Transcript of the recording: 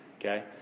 okay